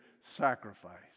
sacrifice